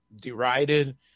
derided